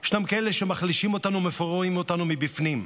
יש כאלה שמחלישים אותנו ומפוררים אותנו מבפנים.